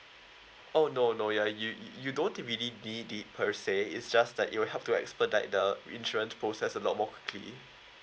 oh no no ya you you don't to be need it per se is just that it will help to expedite the insurance process a lot more quickly